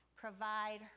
provide